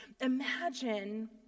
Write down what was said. Imagine